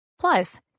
Plus